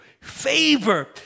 favor